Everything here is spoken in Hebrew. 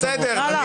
בסדר,